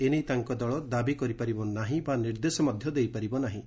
ଏନେଇ ତାଙ୍କ ଦଳ ଦାବି କରିପାରିବ ନାହିଁ ବା ନିର୍ଦ୍ଦେଶ ମଧ୍ୟ ଦେଇପାରିବ ନାହିଁ